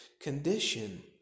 condition